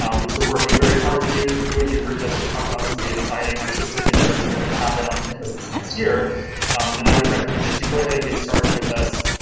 which we're working very hard to do do and you heard jessica talk about some of the exciting artistic endeavors that are going to happen on campus this next year then i would recommend that you go ahead and get started with us.